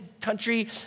country